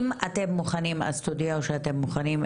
אם אתם מוכנים אז תודיעו שאתם מוכנים,